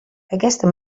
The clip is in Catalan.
aquesta